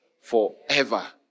forever